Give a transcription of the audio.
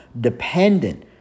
dependent